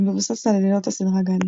המבוסס על עלילות הסדרה גאליס.